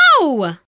no